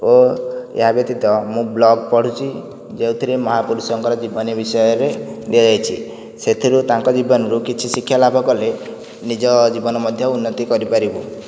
ଓ ଏହା ବ୍ୟତୀତ ମୁଁ ବ୍ଲଗ୍ ପଢ଼ୁଛି ଯେଉଁଥିରେ ମହାପୁରୁଷଙ୍କର ଜୀବନୀ ବିଷୟରେ ଦିଆଯାଇଛି ସେଥିରୁ ତାଙ୍କ ଜୀବନୀରୁ କିଛି ଶିକ୍ଷା ଲାଭ କଲେ ନିଜ ଜୀବନ ମଧ୍ୟ ଉନ୍ନତି କରିପାରିବୁ